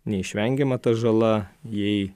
neišvengiama ta žala jei